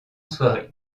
soirée